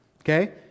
Okay